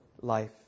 life